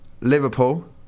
Liverpool